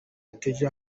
yateje